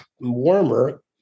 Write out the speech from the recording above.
warmer